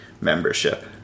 membership